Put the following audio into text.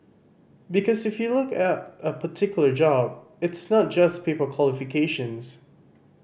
because if you look at a particular job it's not just paper qualifications